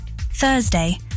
Thursday